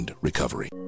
Recovery